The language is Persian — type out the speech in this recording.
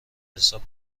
حساب